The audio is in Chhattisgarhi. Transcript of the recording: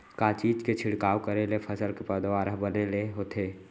का चीज के छिड़काव करें ले फसल के पैदावार ह बने ले होथे?